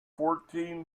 fourteen